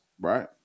right